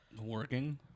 Working